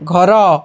ଘର